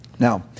Now